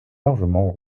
largement